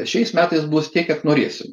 šiais metais bus tiek kiek norėsim